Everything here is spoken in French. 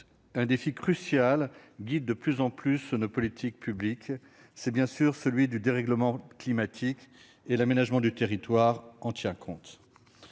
un défi crucial guide de plus en plus nos politiques publiques, celui que pose le dérèglement climatique. L'aménagement du territoire en tient compte.